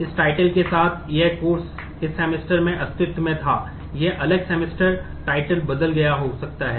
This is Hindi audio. इस title के साथ यह Course इस सेमेस्टर से अस्तित्व में था एक अलग सेमेस्टर title बदल गया हो सकता है